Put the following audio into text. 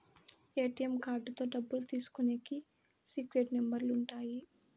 ATM కార్డుతో డబ్బులు తీసుకునికి సీక్రెట్ నెంబర్లు ఉంటాయి